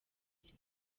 mbere